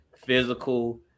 Physical